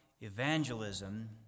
evangelism